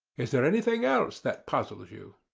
is there anything else that puzzles you?